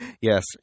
yes